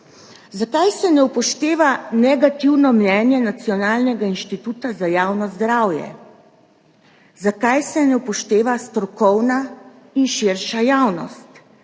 Zakaj se ne upošteva negativnega mnenja Nacionalnega inštituta za javno zdravje? Zakaj se ne upošteva strokovne in širše javnosti?